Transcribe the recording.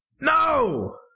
no